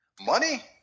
Money